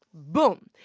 boom.